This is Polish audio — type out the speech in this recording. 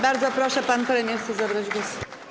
Bardzo proszę, pan premier chce zabrać głos.